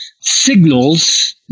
signals